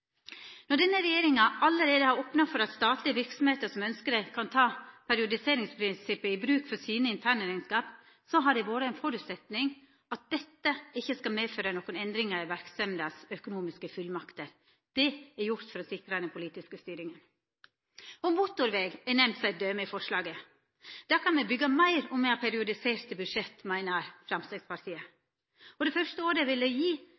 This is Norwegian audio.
Når denne regjeringa allereie har opna for at statlege verksemder som ønsker det, kan ta periodiseringsprinsippet i bruk for sine internrekneskap, har det vore ein føresetnad at dette ikkje skal medføra nokon endringar i verksemdas økonomiske fullmakter. Det er gjort for å sikra den politiske styringa. Motorveg er nemnd som eit døme i forslaget. Då kan me byggja meir om me har periodiserte budsjett, meiner Framstegspartiet. Det første året